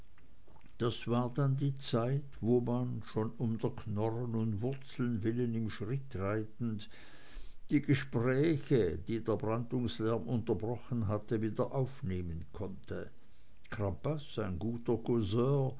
das war dann die zeit wo man schon um der knorren und wurzeln willen im schritt reitend die gespräche die der brandungslärm unterbrochen hatte wieder aufnehmen konnte crampas ein guter